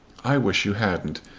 i wish you hadn't,